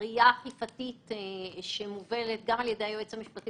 הראייה האכיפתית שמובלת על ידי היועץ המשפטי